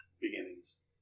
beginnings